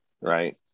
right